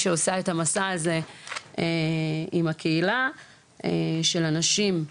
שעושה את המסע הזה עם הקהילה של הנשים,